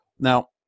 Now